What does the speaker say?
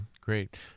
great